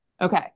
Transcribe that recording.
Okay